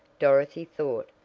dorothy thought,